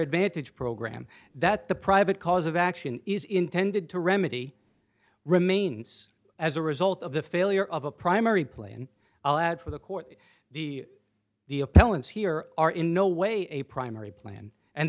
advantage program that the private cause of action is intended to remedy remains as a result of the failure of a primary plain i'll add for the court the the appellant's here are in no way a primary plan